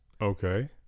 okay